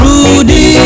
Rudy